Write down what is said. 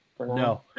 no